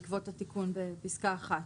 בעקבות התיקון בפסקה (1).